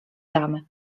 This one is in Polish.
damy